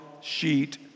sheet